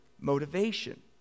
motivation